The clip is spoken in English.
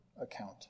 account